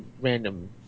random